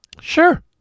Sure